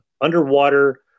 underwater